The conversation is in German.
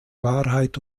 wahrheit